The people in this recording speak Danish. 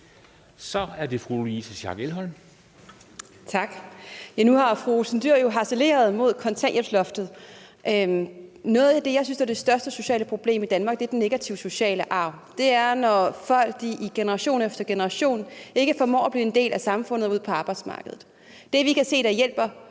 Kl. 17:37 Louise Schack Elholm (V): Tak. Fru Pia Olsen Dyhr har harceleret mod kontanthjælpsloftet, og jeg synes, at et af de største sociale problemer i Danmark, er den negative sociale arv. Og det er, når folk i generation efter generation ikke formår at blive en del af samfundet ude på arbejdsmarkedet. Det, vi kan se hjælper